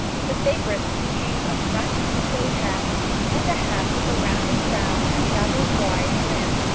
but the favourites became a front cockade hat and a hat with a rounded crown and rather wide brim,